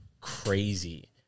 crazy